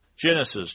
Genesis